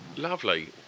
Lovely